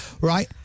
right